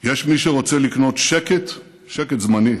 יש מי שרוצה לקנות שקט, שקט זמני,